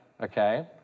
okay